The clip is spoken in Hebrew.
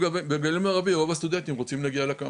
בגליל המערבי רוב הסטודנטים רוצים להגיע לקמפוס,